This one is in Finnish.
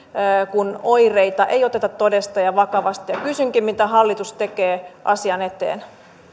kun oireita ei oteta todesta ja vakavasti kysynkin mitä hallitus tekee asian eteen